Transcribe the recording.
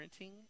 parenting